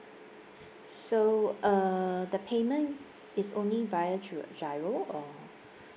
so uh the payment it's only via through giro or